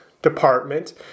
Department